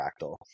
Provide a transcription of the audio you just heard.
fractal